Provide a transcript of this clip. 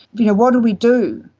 you know what do we do?